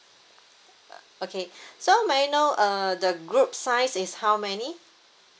okay so may I know uh the group size is how many